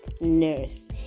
nurse